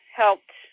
helped